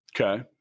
okay